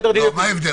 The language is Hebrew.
(היו"ר יעקב אשר, 11:44) מה ההבדל?